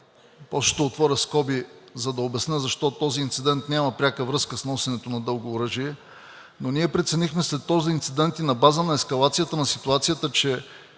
ще отворя скоби, за да обясня защо този инцидент няма пряка връзка с носенето на дълго оръжие, но ние преценихме след този инцидент и на база на ескалацията на ситуацията, че